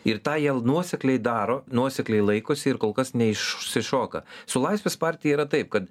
ir tą jie nuosekliai daro nuosekliai laikosi ir kol kas neišsišoka su laisvės partija yra taip kad